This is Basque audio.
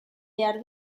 behar